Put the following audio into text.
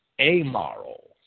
amoral